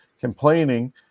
complaining